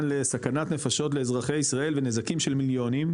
לסכנת נפשות לאזרחי ישראל ונזקים של מיליונים,